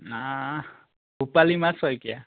Rupalima Saikia